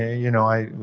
ah you know,